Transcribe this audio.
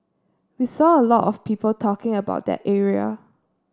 we saw a lot of people talking about that area